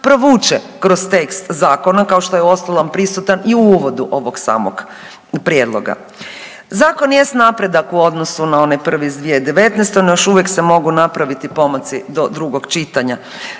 provuče kroz tekst zakona kao što je uostalom prisutan i u uvodu ovog samog prijedloga. Zakon jest napredak u odnosu na onaj prvi iz 2019. no još uvijek se mogu napraviti pomaci do drugog čitanja.